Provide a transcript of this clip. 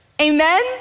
amen